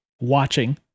watching